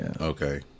Okay